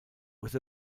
with